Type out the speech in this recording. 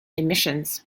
emissions